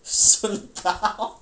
顺糕